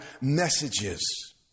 messages